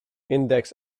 index